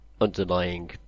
underlying